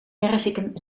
perziken